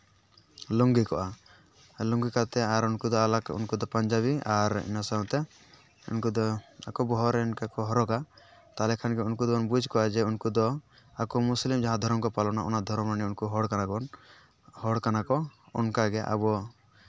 ᱞᱩᱝᱜᱤ ᱠᱚᱜᱼᱟ ᱞᱩᱝᱜᱤ ᱠᱟᱛᱮᱜ ᱟᱨ ᱩᱱᱠᱩ ᱫᱚ ᱟᱞᱟᱜ ᱩᱱᱠᱩ ᱫᱚ ᱯᱟᱧᱡᱟᱵᱤ ᱟᱨ ᱚᱱᱟ ᱥᱟᱶᱛᱮ ᱩᱱᱠᱩ ᱫᱚ ᱟᱠᱚ ᱵᱚᱦᱚᱜ ᱨᱮ ᱤᱱᱠᱟᱹ ᱠᱚ ᱦᱚᱨᱚᱜᱟ ᱛᱟᱦᱚᱞᱮ ᱠᱷᱟᱱᱜᱮ ᱩᱱᱠᱩ ᱫᱚᱵᱚᱱ ᱵᱩᱡᱽ ᱠᱚᱣᱟ ᱩᱱᱠᱩ ᱫᱚ ᱟᱠᱚ ᱢᱩᱥᱞᱤᱢ ᱡᱟᱦᱟᱸ ᱫᱷᱚᱨᱚᱢ ᱠᱚ ᱯᱟᱞᱚᱱᱟ ᱚᱱᱟ ᱫᱷᱚᱨᱚᱢ ᱨᱮᱱᱟᱜ ᱜᱚᱲ ᱠᱟᱱᱟᱵᱚᱱ ᱦᱚᱲ ᱠᱟᱱᱟ ᱠᱚ ᱚᱱᱠᱟᱜᱮ ᱟᱵᱚ